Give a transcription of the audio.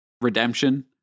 redemption